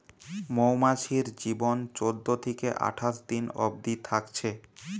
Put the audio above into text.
মৌমাছির জীবন চোদ্দ থিকে আঠাশ দিন অবদি থাকছে